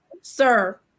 sir